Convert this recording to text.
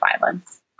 violence